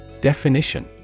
Definition